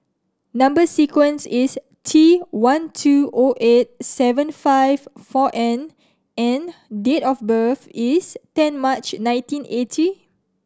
number sequence is T one two O eight seven five four N and date of birth is ten March nineteen eighty